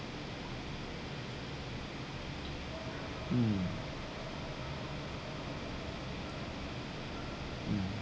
mm mm